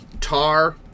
Tar